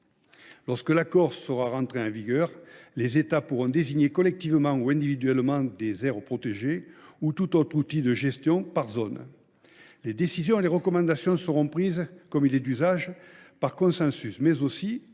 Lorsque l’accord sera entré en vigueur, les États pourront désigner collectivement ou individuellement des aires protégées ou tout autre outil de gestion par zone. Les décisions et les recommandations seront prises, comme il est d’usage, par consensus ainsi que,